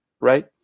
right